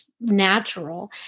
natural